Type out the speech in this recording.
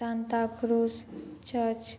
Santa Cruz church